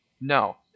No